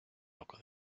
loco